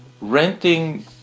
renting